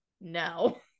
no